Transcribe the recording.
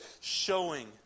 showing